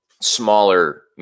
smaller